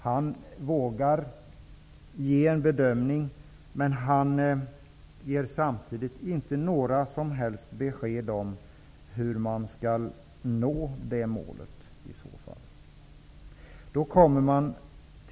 Han vågar göra en bedömning men han ger samtidigt inte några som helst besked om hur man i så fall skall nå målet.